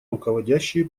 руководящие